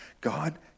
God